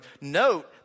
Note